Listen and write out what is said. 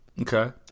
okay